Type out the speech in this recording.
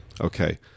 Okay